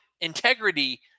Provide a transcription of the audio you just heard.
integrity